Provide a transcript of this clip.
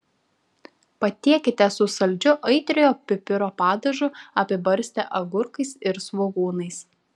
patiekite su saldžiu aitriojo pipiro padažu apibarstę agurkais ir svogūnais